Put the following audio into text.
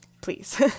please